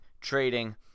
trading